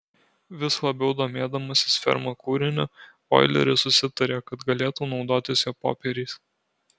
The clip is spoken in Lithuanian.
vis labiau domėdamasis ferma kūriniu oileris susitarė kad galėtų naudotis jo popieriais